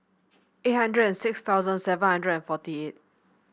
eight hundred and six thousand seven hundred and forty eight